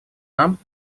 нам